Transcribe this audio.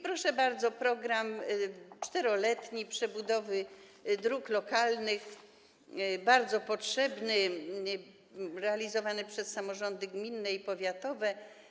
Proszę bardzo: 4-letni program przebudowy dróg lokalnych, bardzo potrzebny, realizowany przez samorządy gminne i powiatowe.